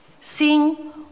Sing